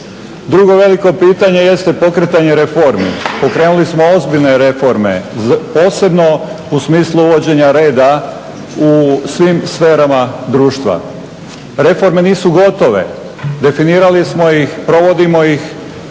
Drugo veliko pitanje jeste pokretanje reformi. Pokrenuli smo ozbiljne reforme, posebno u smislu uvođenja reda u svim sferama društva. Reforme nisu gotove, definirali smo ih, provodimo ih,